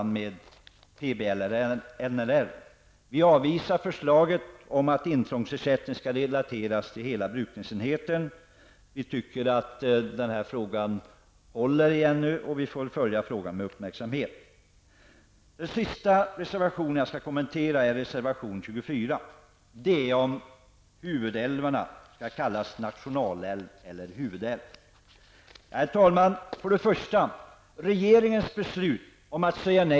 Den sista reservationen som jag skall kommentera är reservation 24. Den gäller om huvudälvarna skall kallas huvudälvar eller nationalälvar.